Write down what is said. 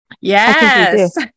Yes